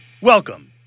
Welcome